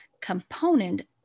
component